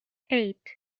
eight